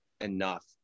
enough